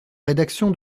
rédaction